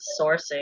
sourcing